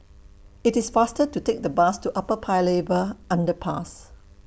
IT IS faster to Take The Bus to Upper Paya Lebar Underpass